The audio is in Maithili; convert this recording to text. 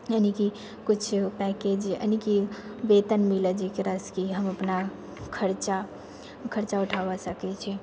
यानिकि कुछ पैकेज यानिकि वेतन मिलऽ जकरासँ हम अपना खर्चा खर्चा उठाबऽ सकै छी